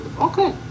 Okay